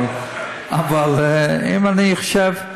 אבל אם אני חושב,